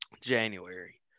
january